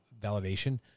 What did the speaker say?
validation